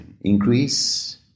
increase